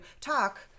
talk